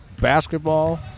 basketball